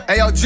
Ayo